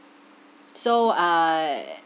so uh